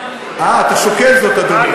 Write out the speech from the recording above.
אני שוקל.